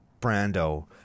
Brando